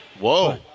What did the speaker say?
Whoa